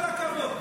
כל הכבוד.